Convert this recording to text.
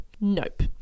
nope